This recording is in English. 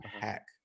hack